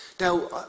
Now